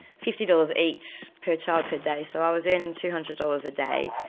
fifty dollars each per child per day, so i was earning two hundred dollars a day,